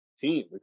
team